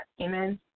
Amen